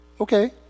Okay